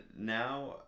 now